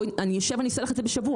אני אשב ואני אעשה לך את זה בשבוע.